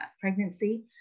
pregnancy